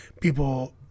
people